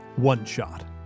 OneShot